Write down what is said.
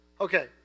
Okay